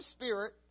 spirit